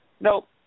nope